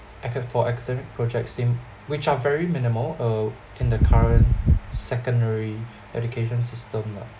aca~ for academic projects in which are very minimal uh in the current secondary education system lah